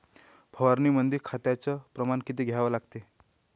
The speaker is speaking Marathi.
फवारनीमंदी खताचं प्रमान किती घ्या लागते?